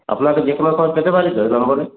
আপনাকে যে কোনো সময় পেতে পারি তো এই নম্বরে